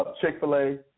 chick-fil-a